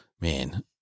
Man